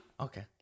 Okay